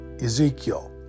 Ezekiel